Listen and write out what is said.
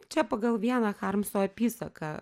čia pagal vieną harmso apysaką